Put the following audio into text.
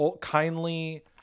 kindly